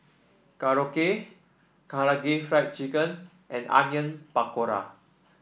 Korokke Karaage Fried Chicken and Onion Pakora